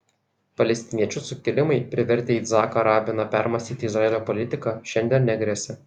palestiniečių sukilimai privertę yitzhaką rabiną permąstyti izraelio politiką šiandien negresia